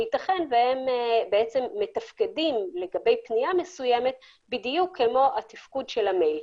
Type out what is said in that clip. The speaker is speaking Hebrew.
שייתכן והם מתפקדים לגבי פניה מסוימת בדיוק כמו התפקוד של המייל,